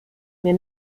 mir